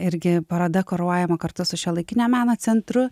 irgi paroda kuruojama kartu su šiuolaikinio meno centru